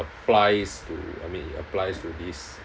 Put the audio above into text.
applies to I mean it applies to this